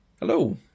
Hello